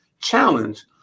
challenge